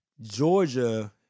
Georgia